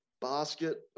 basket